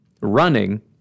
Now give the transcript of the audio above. running